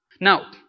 Now